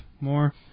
more